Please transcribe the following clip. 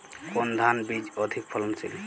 কোন ধান বীজ অধিক ফলনশীল?